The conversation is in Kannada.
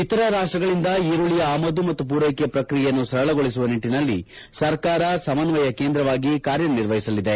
ಇತರ ರಾಷ್ಟ್ರಗಳಿಂದ ಈರುಳ್ಳಿಯ ಆಮದು ಮತ್ತು ಪೂರೈಕೆ ಪ್ರಕ್ರಿಯೆಯನ್ನು ಸರಳಗೊಳಿಸುವ ನಿಟ್ಟಿನಲ್ಲಿ ಸರ್ಕಾರ ಸಮನ್ನಯ ಕೇಂದ್ರವಾಗಿ ಕಾರ್ಯ ನಿರ್ವಹಿಸಲಿದೆ